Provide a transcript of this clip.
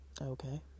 okay